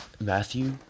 Matthew